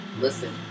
Listen